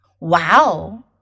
Wow